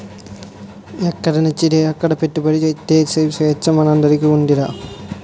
ఎక్కడనచ్చితే అక్కడ పెట్టుబడి ఎట్టే సేచ్చ మనందరికీ ఉన్నాదిరా